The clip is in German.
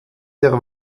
der